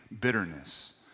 bitterness